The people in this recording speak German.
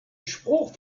spruch